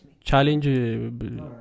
Challenge